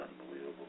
unbelievable